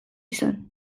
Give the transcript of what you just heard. izan